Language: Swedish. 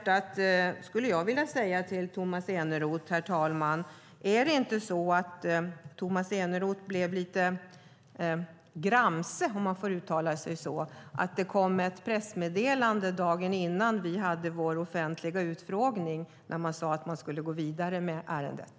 Jag skulle vilja fråga Tomas Eneroth om han, handen på hjärtat, inte blev lite gramse, om jag får uttrycka det så, över att det dagen innan vi hade vår offentliga utfrågning kom ett pressmeddelande där man sade att man skulle gå vidare med ärendet.